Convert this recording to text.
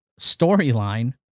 storyline